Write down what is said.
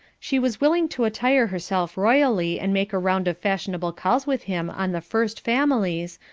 she was willing to attire herself royally and make a round of fashionable calls with him on the first families,